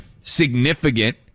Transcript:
significant –